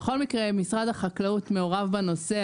בכל מקרה, משרד החקלאות מעורב בנושא.